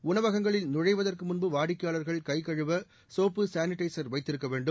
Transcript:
உணவகங்களில் நுழைவதற்கு முன்பு வாடிக்கையாளா்கள் கைகழுவ சோப்பு சானிடைா் வைத்திருக்க ணேடும்